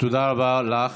תודה רבה לך.